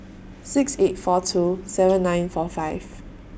six eight four two seven nine four five